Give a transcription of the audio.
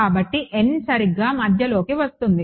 కాబట్టి n సరిగ్గా మధ్యలోకి వస్తుంది